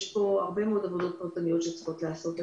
ויש פה הרבה מאוד עבודות פרטניות שצריכות להיעשות.